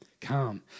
calm